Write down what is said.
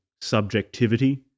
subjectivity